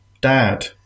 Dad